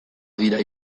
dira